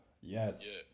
yes